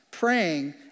praying